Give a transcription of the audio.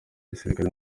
gisirikare